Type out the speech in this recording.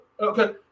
okay